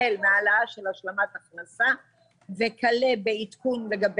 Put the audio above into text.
החל מהעלאה של השלמת הכנסה וכלה בעדכון לגבי